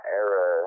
era